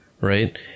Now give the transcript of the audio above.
right